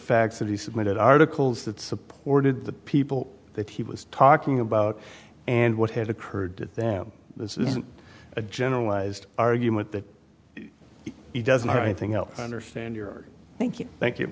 fact that he submitted articles that supported the people that he was talking about and what has occurred to them this isn't a generalized argument that it doesn't have anything else i understand your thank you thank you